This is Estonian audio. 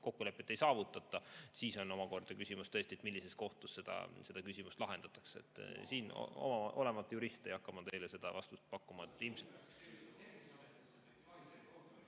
kokkulepet ei saavutata, siis on omakorda küsimus, millises kohtus seda küsimust lahendatakse. Siin, olemata jurist, ei hakka ma teile seda vastust pakkuma.